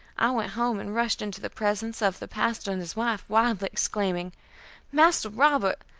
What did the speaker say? i went home and rushed into the presence of the pastor and his wife, wildly exclaiming master robert,